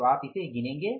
तो आप इसे गिनेंगे